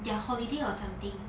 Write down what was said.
their holiday or something